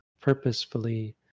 purposefully